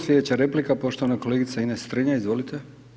Slijedeća replika poštovane kolegice Ines Strenja, izvolite.